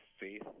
faith